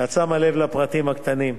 ואת שמה לב לפרטים הקטנים.